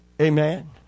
Amen